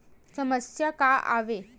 समस्या का आवे?